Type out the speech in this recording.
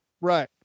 Right